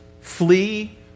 flee